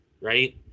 right